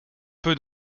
peu